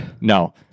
No